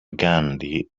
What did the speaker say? gandhi